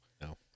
No